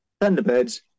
Thunderbirds